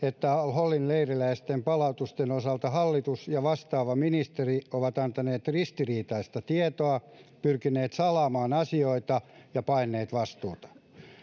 holin leiriläisten palautusten osalta hallitus ja vastaava ministeri ovat antaneet ristiriitaista tietoa pyrkineet salaamaan asioita ja paenneet vastuutaan